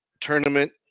tournament